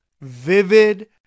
vivid